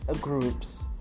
groups